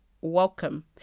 welcome